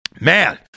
Man